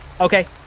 Okay